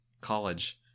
college